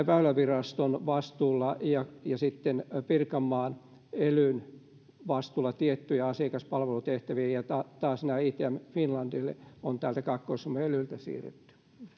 väyläviraston vastuulla ja ja sitten pirkanmaan elyn vastuulla tiettyjä asiakaspalvelutehtäviä ja taas itm finlandille on täältä kaakkois suomen elyltä nämä siirretty